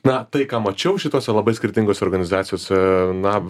na tai ką mačiau šitose labai skirtingose organizacijose na